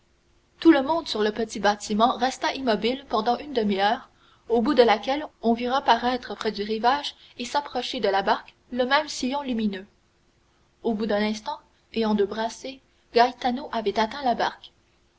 tout le monde sur le petit bâtiment resta immobile pendant une demi-heure au bout de laquelle on vit reparaître près du rivage et s'approcher de la barque le même sillon lumineux au bout d'un instant et en deux brassées gaetano avait atteint la barque